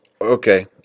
okay